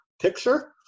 picture